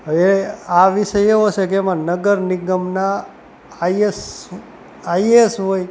હવે આ વિષય એવો છે કે એમાં નગર નિગમના આઈએસ આઈએએસ હોય